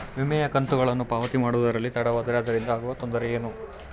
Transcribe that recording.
ವಿಮೆಯ ಕಂತುಗಳನ್ನು ಪಾವತಿ ಮಾಡುವುದರಲ್ಲಿ ತಡವಾದರೆ ಅದರಿಂದ ಆಗುವ ತೊಂದರೆ ಏನು?